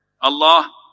Allah